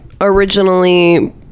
Originally